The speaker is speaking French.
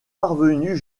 parvenus